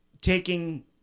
taking